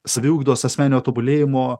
saviugdos asmeninio tobulėjimo